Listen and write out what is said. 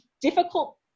difficult